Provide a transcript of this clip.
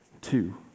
two